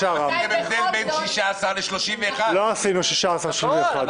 יש גם הבדל בין 16 לבין 31, בדיוק.